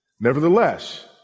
Nevertheless